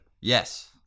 Yes